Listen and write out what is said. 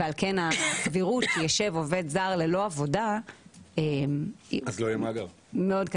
ועל כן הסבירות שיישב עובד זר ללא עבודה מאוד קטן.